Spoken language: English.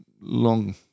long